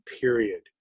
period